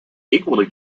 equally